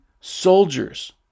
soldiers